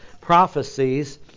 prophecies